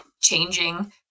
changing